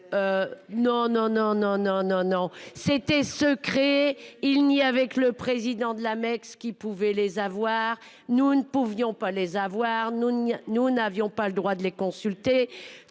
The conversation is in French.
Nos nos nos nos nos nos non c'était se créer. Il n'y avait que le président de l'Amex qui pouvait les avoir. Nous ne pouvions pas les avoir. Nous ne nous n'avions pas le droit de les consulter